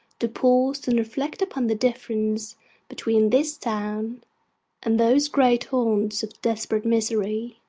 to pause and reflect upon the difference between this town and those great haunts of desperate misery